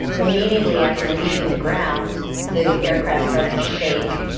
immediately after leaving the ground, the aircraft started to shake,